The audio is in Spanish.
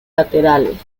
laterales